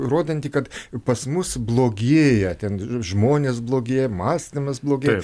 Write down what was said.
rodanti kad pas mus blogėja ten žmonės blogėja mąstymas blogės